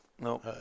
No